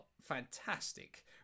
fantastic